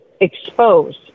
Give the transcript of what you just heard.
expose